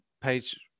page